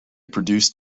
produced